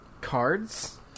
cards